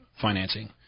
financing